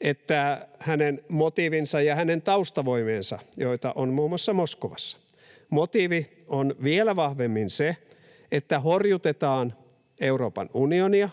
että hänen motiivinsa ja hänen taustavoimiensa, joita on muun muassa Moskovassa, motiivi on vielä vahvemmin se, että horjutetaan Euroopan unionia,